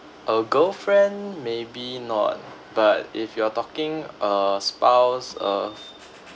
uh girlfriend maybe not but if you are talking err spouse of